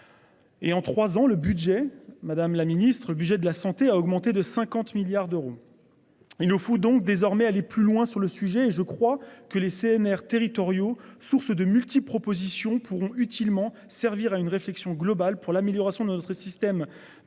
la Ministre budget de la santé a augmenté de 50 milliards d'euros. Il nous faut donc désormais aller plus loin sur le sujet et je crois que les CNR territoriaux source de multi-propositions pourront utilement servir à une réflexion globale pour l'amélioration de notre système de